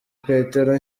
petero